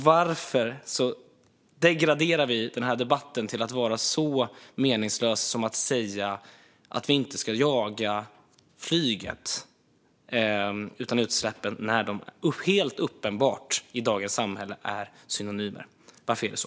Varför degraderar vi den här debatten till att bli så meningslös som den blir när man säger att vi inte ska jaga flyget utan utsläppen - när dessa helt uppenbart är synonymer i dagens samhälle? Varför gör man så?